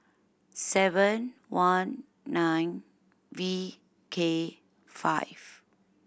seven one nine V K five